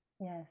yes